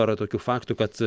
ar yra tokių faktų kad